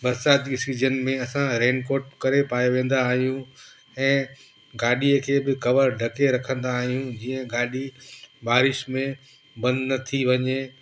बरिसात जी सीजन में असां रेनकोट करे पाए वेंदा आहियूं ऐं गाॾीअ खे बि कवर ढके रखंदा आहियूं जीअं गाॾी बारिश में बंदि न थी वञे